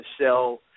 sell